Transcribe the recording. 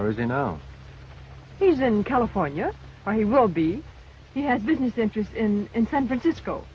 i was you know he's in california where he will be he had business interests in san francisco